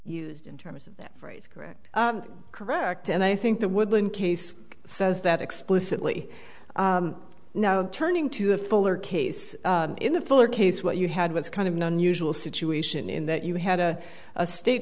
is in terms of that phrase correct correct and i think the woodland case says that explicitly now turning to the fuller case in the fuller case what you had was kind of an unusual situation in that you had a state